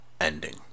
Ending